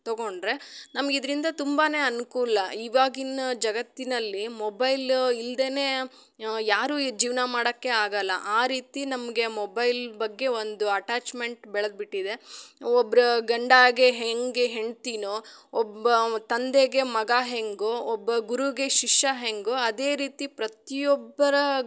ತೊಗೊಂಡರೆ ನಮ್ಗೆ ಇದರಿಂದ ತುಂಬಾ ಅನುಕೂಲ ಇವಾಗಿನ ಜಗತ್ತಿನಲ್ಲಿ ಮೊಬಲ್ ಇಲ್ಲದೆ ಯಾರು ಈಗ ಜೀವನ ಮಾಡೋಕೆ ಆಗಲ್ಲ ಆ ರೀತಿ ನಮಗೆ ಮೊಬೈಲ್ ಬಗ್ಗೆ ಒಂದು ಅಟ್ಯಾಚ್ಮೆಂಟ್ ಬೆಳ್ದು ಬಿಟ್ಟಿದೆ ಒಬ್ರು ಗಂಡಂಗೆ ಹೇಗೆ ಹೆಂಡ್ತಿನೊ ಒಬ್ಬ ತಂದೆಗೆ ಮಗ ಹೇಗೊ ಒಬ್ಬ ಗುರುಗೆ ಶಿಷ್ಯ ಹೇಗೊ ಅದೆ ರೀತಿ ಪ್ರತಿಯೊಬ್ಬರ